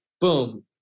boom